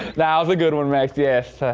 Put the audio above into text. thousand goodwin writes yes,